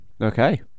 Okay